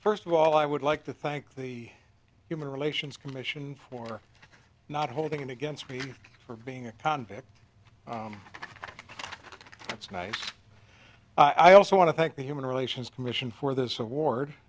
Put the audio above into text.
first of all i would like to thank the human relations commission for not holding it against me for being a convict that's nice i also want to thank the human relations commission for this award